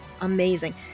amazing